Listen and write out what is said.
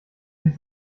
sich